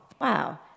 wow